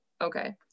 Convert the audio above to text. okay